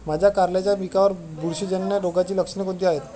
माझ्या कारल्याच्या पिकामध्ये बुरशीजन्य रोगाची लक्षणे कोणती आहेत?